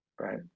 Right